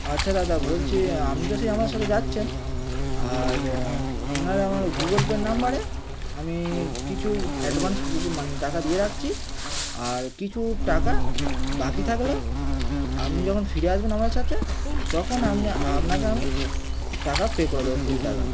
আচ্ছা দাদা বলছি আপনি তো সেই আমার সাথে যাচ্ছেন আর আপনার আমার গুগল পের নাম্বারে আমি কিছু অ্যাডভান্স বুকিং মানে টাকা দিয়ে রাখছি আর কিছু টাকা বাকি থাকলো আপনি যখন ফিরে আসবেন আমার সাথে তখন আপনি আআপনাকে আমি টাকা পে করে দেবো ফুল টাকা